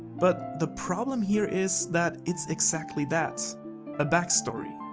but the problem here is, that it's exactly that a backstory.